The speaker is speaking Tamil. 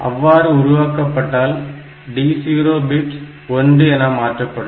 அவ்வாறு உருவாக்கப்பட்டால் D0 பிட் 1 என மாற்றப்படும்